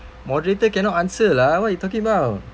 moderator cannot answer lah what you talking about